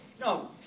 No